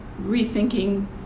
rethinking